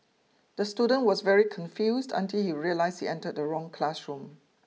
the student was very confused until he realized he entered the wrong classroom